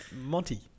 Monty